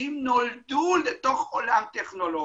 שהתלמידים נולדו לתוך עולם טכנולוגי.